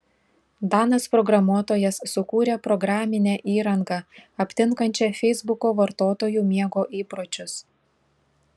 danas programuotojas sukūrė programinę įrangą aptinkančią feisbuko vartotojų miego įpročius